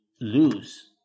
lose